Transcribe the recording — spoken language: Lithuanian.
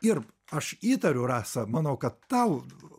ir aš įtariu rasa manau kad tau